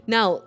Now